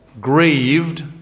grieved